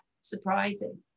surprising